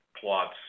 plots